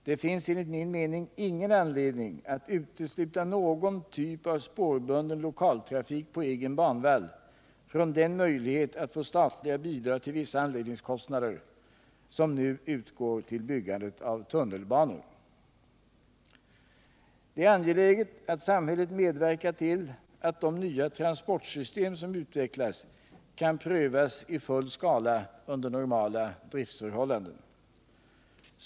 Det finns enligt min mening ingen anledning att utesluta någon typ av spårbunden lokaltrafik på egen banvall från den möjlighet att få statliga bidrag till vissa anläggningskostnader som nu finns för byggandet av tunnelbanor. Det är angeläget att samhället medverkar till att de nya transportsystem som utvecklas kan prövas i full skala under normala driftsförhållanden.